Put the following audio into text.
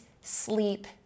sleep